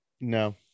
No